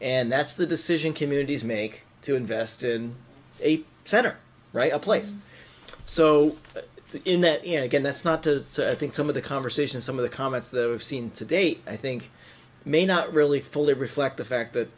and that's the decision communities make to invest in a center right a place so in that and again that's not to say i think some of the conversation some of the comments that we've seen to date i think may not really fully reflect the fact that